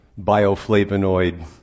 Bioflavonoid